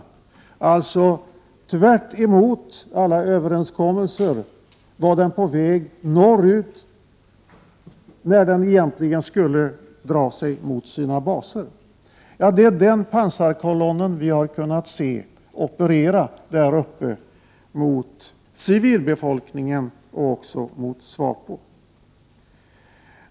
Den var alltså tvärtemot alla överenskommelser på väg norrut när den egentligen skulle dra sig mot sina baser. Det är den pansarkolonn som vi har kunnat se operera där uppe mot civilbefolkningen och också mot SWAPO.